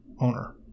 owner